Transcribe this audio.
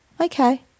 Okay